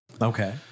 Okay